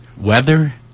weather